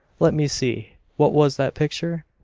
let me see, what was that picture?